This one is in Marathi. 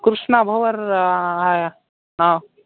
कृष्णा भोवर आहे